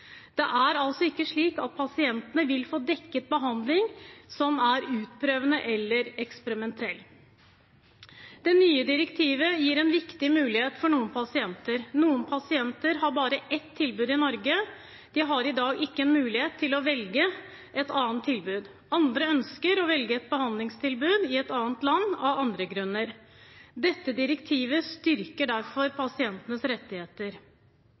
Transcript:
Det er altså ikke slik at pasientene vil få dekket behandling som er utprøvende eller eksperimentell. Det nye direktivet gir en viktig mulighet for noen pasienter. Noen pasienter har bare ett tilbud i Norge, de har i dag ikke en mulighet til å velge et annet tilbud. Andre ønsker å velge et behandlingstilbud i et annet land av andre grunner. Dette direktivet styrker derfor pasientenes rettigheter.